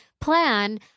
plan